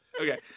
Okay